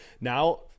now